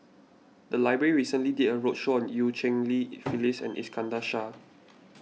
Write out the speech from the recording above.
the library recently did a roadshow on Eu Cheng Li Phyllis and Iskandar Shah